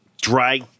dry